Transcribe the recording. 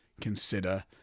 consider